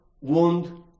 wound